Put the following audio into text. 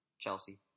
Chelsea